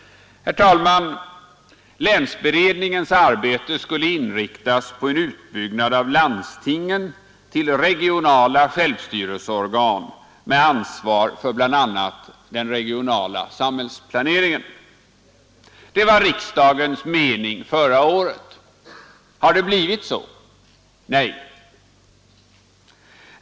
Herr talman! Länsberedningens arbete skulle inriktas på en utbyggnad av landstingen till regionala självstyrelseorgan med ansvar för bl.a. den regionala samhällsplaneringen. Detta var riksdagens mening förra året. Har det blivit så? Nej!